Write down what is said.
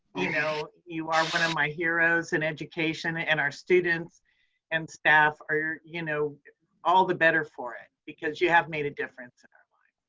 you know you are one of my heroes in education, ah and our students and staff are you know all the better for it because you have made a difference in our lives.